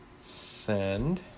send